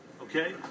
okay